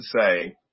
say